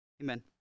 amen